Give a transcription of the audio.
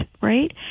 right